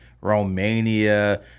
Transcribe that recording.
Romania